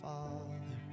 Father